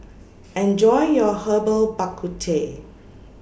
Enjoy your Herbal Bak Ku Teh